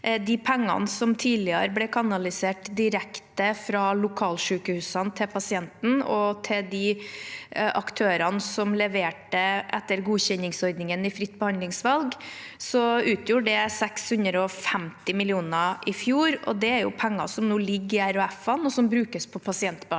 De pengene som tidligere ble kanalisert direkte fra lokalsykehusene til pasienten og til de aktørene som leverte etter godkjenningsordningen i fritt behandlingsvalg, utgjorde 650 mill. kr i fjor. Det er penger som nå ligger i RHF-ene, og som brukes på pasientbehandling.